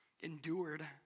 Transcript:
endured